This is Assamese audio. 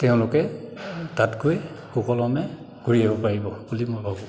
তেওঁলোকে তাত গৈ সুকলমে ঘূৰি আহিব পাৰিব বুলি মই ভাবোঁ